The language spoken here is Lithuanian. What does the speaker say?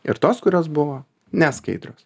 ir tos kurios buvo neskaidrios